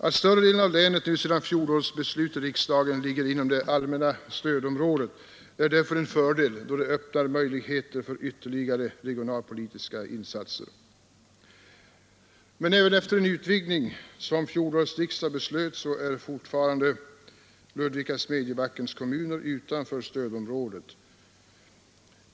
Att större delen av länet sedan fjolårets beslut i riksdagen ligger inom det allmänna stödområdet är därför en fördel, då det öppnar möjligheter för ytterligare regionalpolitiska insatser. Även efter den utvidgning som fjolårets riksdag beslöt befinner sig dock fortfarande Ludvika och Smedjebackens kommuner utanför området.